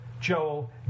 Joel